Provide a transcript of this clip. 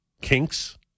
Kinks